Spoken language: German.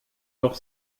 doch